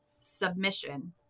submission